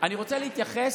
אני רוצה להתייחס